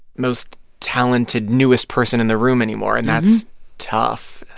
most talented, newest person in the room anymore, and that's tough